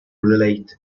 relate